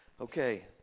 Okay